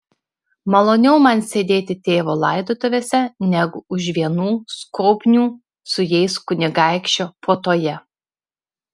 maloniau man sėdėti tėvo laidotuvėse negu už vienų skobnių su jais kunigaikščio puotoje